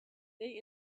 they